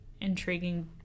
intriguing